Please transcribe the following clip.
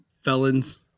felons